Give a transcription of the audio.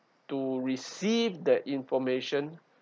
to receive the information